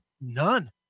None